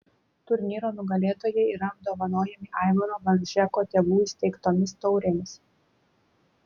turnyro nugalėtojai yra apdovanojami aivaro balžeko tėvų įsteigtomis taurėmis